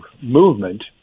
Movement